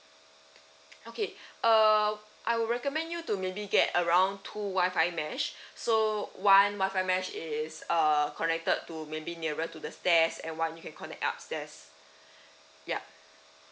okay uh I will recommend you to maybe get around two wifi mesh so one wifi mesh is uh connected to may be nearer to the stairs and one you can connect upstairs yup